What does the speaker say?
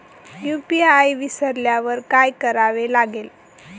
UPI विसरल्यावर काय करावे लागेल?